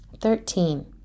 Thirteen